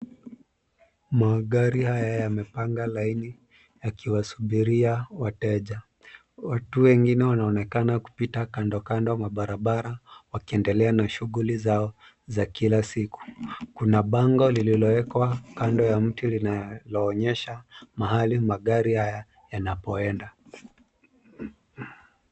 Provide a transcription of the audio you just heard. Magari haya yamepanga laini yakiwasubiria wateja. Watu wengine wanaonekana kupita kandokando mwa barabara wakiendelea na shughuli zao za kila siku. Kuna bango lililowekwa kando ya mti na linaloonyesha mahali magari haya yanapoenda.